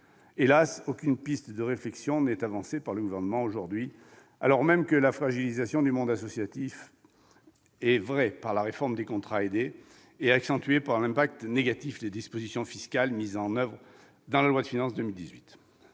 Hélas ! Aucune piste de réflexion n'est avancée par le Gouvernement, alors même que la fragilisation du monde associatif par la réforme des contrats aidés est accentuée par l'effet négatif des dispositions fiscales mises en oeuvre par la loi de finances pour